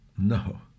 No